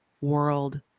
world